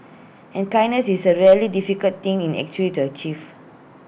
and kindness is A really difficult thing in actually to achieve